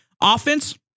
offense